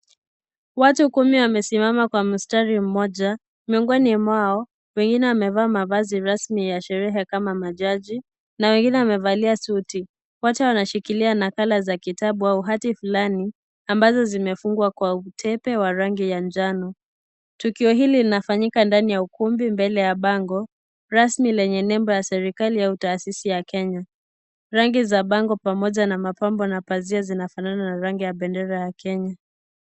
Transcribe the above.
Watu kumi wamesimama kwa mstari mmoja, miongoni mwao, wengine wamevaa mavazi rasmi ya sherehe kama majaji, na wengine wamevalia suti. Wote wanashikilia nakala au hati fulani ambazo zimefungwa kwa utepe wa rangi ya njano. Tukio hili linafanyika ndani ya ukumbi, mbele ya bango rasmi lenye nembo ya serikali au taasisi ya kenya. Rangi za pambo pamoja na mabango na pazia zinafanana na rangi ya bendera ya Kenya.